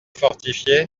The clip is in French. fortifié